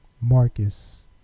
Marcus